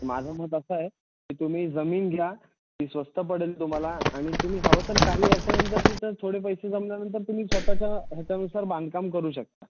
माझं मत असं आहे की तुम्ही जमीन घ्या ती स्वस्त पडेल तुम्हाला आणि तुम्ही हवं तर काही वर्षांनंतर तिथं थोडे पैसे जमल्यानंतर तुम्ही स्वत च्या ह्याच्यानुसार बांधकाम करू शकता